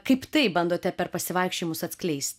kaip tai bandote per pasivaikščiojimus atskleist